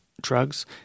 drugs